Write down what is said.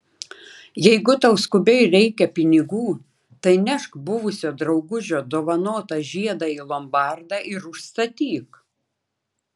jeigu tau skubiai reikia pinigų tai nešk buvusio draugužio dovanotą žiedą į lombardą ir užstatyk